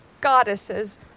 goddesses